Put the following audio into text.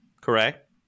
correct